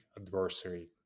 adversary